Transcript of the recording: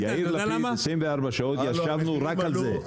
כן, יאיר לפיד, 24 שעות ישבנו רק על זה.